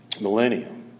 millennium